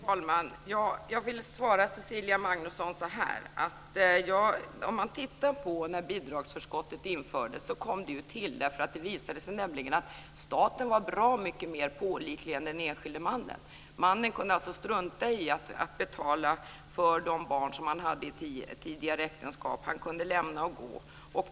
Fru talman! Jag vill svara Cecilia Magnusson så här: Bidragsförskottet kom till eftersom det visade sig att staten var bra mycket mer pålitlig än den enskilde mannen. Mannen kunde strunta i att betala för de barn han hade i ett tidigare äktenskap. Han kunde lämna och gå.